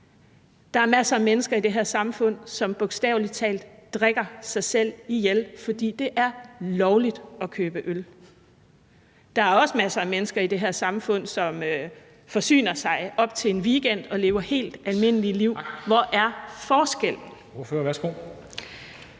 Der er masser af mennesker i det her samfund, som bogstaveligt talt drikker sig selv ihjel, fordi det er lovligt at købe øl. Der er også masser af mennesker i det her samfund, som forsyner sig op til en weekend og lever helt almindelige liv. Hvor er forskellen?